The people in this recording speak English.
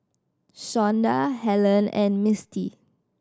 Shonda Hellen and Mistie